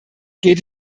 geht